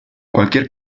cualquier